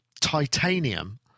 titanium